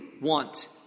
want